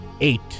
eight